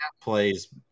plays